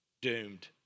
doomed